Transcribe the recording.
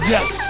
Yes